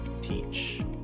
teach